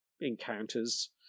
encounters